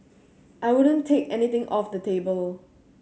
I wouldn't take anything off the table